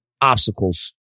obstacles